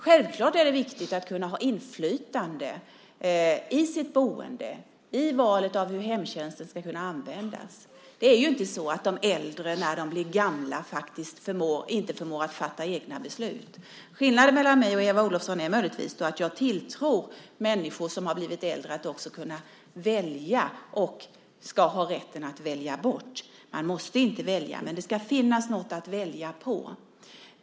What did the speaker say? Självfallet är det viktigt att kunna ha inflytande i sitt boende och i valet av hur hemtjänsten ska kunna användas. Det är inte så att de äldre inte förmår fatta egna beslut. Skillnaden mellan mig och Eva Olofsson är möjligtvis att jag tilltror människor som har blivit äldre när det gäller att de ska kunna välja och att de ska ha rätten att välja bort. Man måste inte välja, men det ska finnas något att välja på.